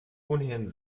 ohnehin